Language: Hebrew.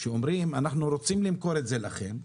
שאומרים אנחנו רוצים למכור את זה לכם,